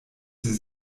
sie